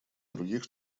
других